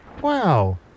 Wow